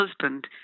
husband